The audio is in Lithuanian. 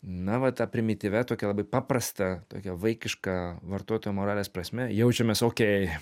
na va ta primityvia tokia labai paprasta tokia vaikiška vartotojo moralės prasme jaučiamės okei